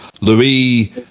Louis